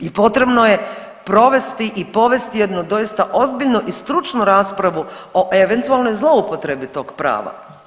I potrebno je provesti i povesti jednu doista ozbiljno i stručnu rasprava o eventualnoj zloupotrebi tog prava.